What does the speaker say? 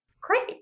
Great